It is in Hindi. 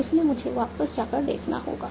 इसलिए मुझे वापस जाकर देखना होगा